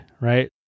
right